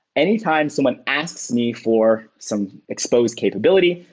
anytime someone asks me for some expose capability,